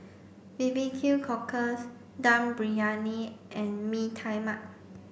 B B Q cockles Dum Briyani and Mee Tai Mak